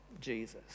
Jesus